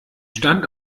stand